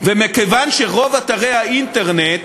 ומכיוון שרוב אתרי האינטרנט